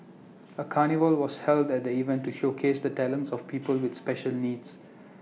A carnival was held at the event to showcase the talents of people with special needs